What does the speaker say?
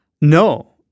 No